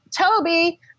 Toby